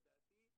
לדעתי,